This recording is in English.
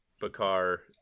Bakar